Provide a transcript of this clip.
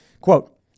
quote